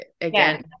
again